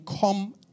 come